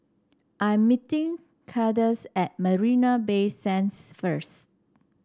I'm meeting Kandace at Marina Bay Sands first